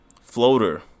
floater